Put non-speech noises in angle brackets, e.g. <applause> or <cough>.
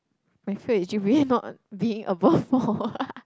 my fear is G_P_A not being above four <laughs>